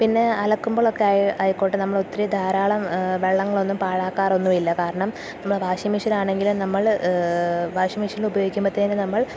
പിന്നെ അലക്കുമ്പോഴൊക്കെ ആയിക്കോട്ടെ നമ്മള് ഒത്തിരി ധാരാളം വെള്ളങ്ങളൊന്നും പാഴാക്കാറൊന്നും ഇല്ല കാരണം നമ്മള് വാഷിംഗ് മെഷീനാണെങ്കിലും നമ്മള് വാഷിംഗ് മെഷീനില് ഉപയോഗിക്കുമ്പഴത്തേനു നമ്മൾ